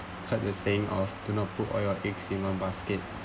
heard the saying of do not put all your eggs in one basket